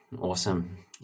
Awesome